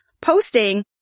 posting